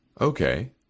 Okay